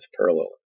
parallel